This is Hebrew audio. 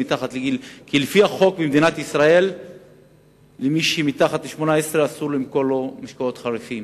לפי החוק במדינת ישראל אסור למכור משקאות חריפים